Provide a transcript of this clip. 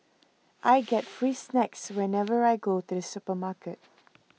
I get free snacks whenever I go to supermarket